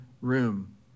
room